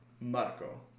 Marco